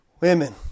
women